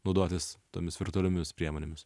naudotis tomis virtualiomis priemonėmis